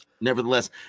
nevertheless